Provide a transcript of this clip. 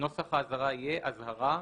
נוסח האזהרה יהיה: "אזהרה,